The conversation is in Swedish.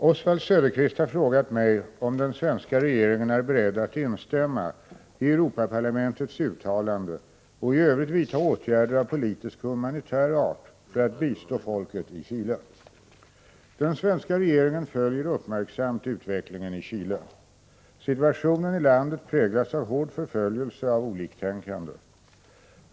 Herr talman! Oswald Söderqvist har frågat mig om den svenska regeringen är beredd att instämma i Europaparlamentets uttalande och i övrigt vidta åtgärder av politisk och humanitär art för att bistå folket i Chile. Den svenska regeringen följer uppmärksamt utvecklingen i Chile. Situationen i landet präglas av hård förföljelse av oliktänkande.